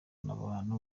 abantu